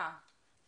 גבוהה.